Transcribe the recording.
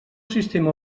sistema